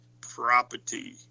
property